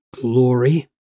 glory